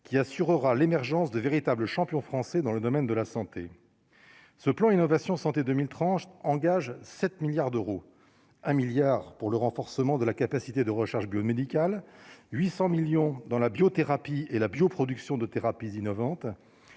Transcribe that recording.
qui assurera l'émergence de véritables champions français dans le domaine de la santé, ce plan Innovation Santé 2000 tranches engage 7 milliards d'euros, un milliard pour le renforcement de la capacité de recherche biomédicale 800 millions dans la biothérapie et la bioproduction de thérapies innovantes